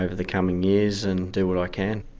ah the coming years and do what i can.